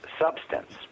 substance